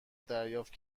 دریافت